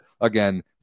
again